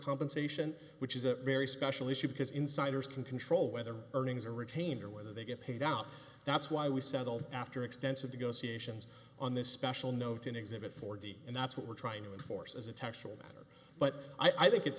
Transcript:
compensation which is a very special issue because insiders can control whether earnings are retained or whether they get paid out that's why we settled after extensive to go see asians on this special note in exhibit forty and that's what we're trying to enforce as a textual matter but i think it's